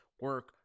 Work